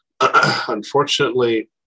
Unfortunately